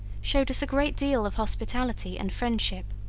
shewed us a great deal of hospitality and friendship.